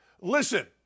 Listen